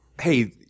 hey